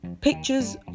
pictures